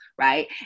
right